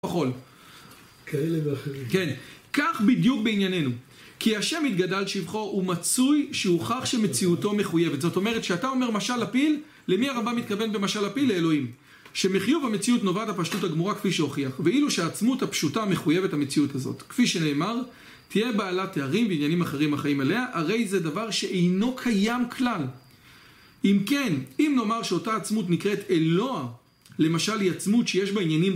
כך בדיוק בענייננו כי השם יתגדל שבחו הוא מצוי שהוכח שמציאותו מחויבת זאת אומרת שאתה אומר משל הפיל למי הרמב״ם מתכוון במשל הפיל לאלוהים שמחיוב המציאות נובעת הפשטות הגמורה כפי שהוכיח ואילו שהעצמות הפשוטה מחויבת המציאות הזאת כפי שנאמר תהיה בעלת תארים ועניינים אחרים אחרים עליה הרי זה דבר שאינו קיים כלל אם כן אם נאמר שאותה עצמות נקראת אלוהה למשל היא עצמות שיש בה עניינים